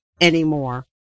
anymore